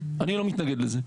אני לא מתנגד לזה.